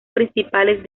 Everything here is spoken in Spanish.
principales